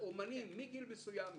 לאומנים מגיל מסוים ומעלה,